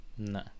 No